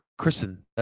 Kristen